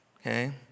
Okay